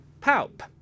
Pulp